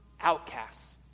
outcasts